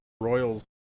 Royals